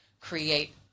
create